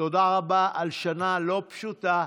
תודה רבה על שנה לא פשוטה.